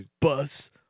bus